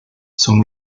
son